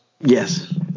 Yes